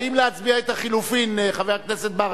האם להצביע על החלופין, חבר הכנסת ברכה?